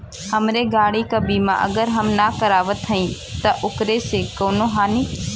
हमरे गाड़ी क बीमा अगर हम ना करावत हई त ओकर से कवनों हानि?